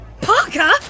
Parker